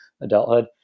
adulthood